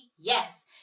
yes